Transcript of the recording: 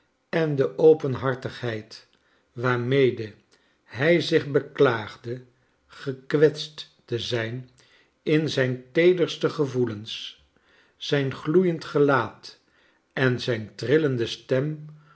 en de openhartigheid waarmede hij zioh beklaagde gekwetst te zijn in zijn teederste gevoelens zijn gloeiend gelaat en zijn trillende stem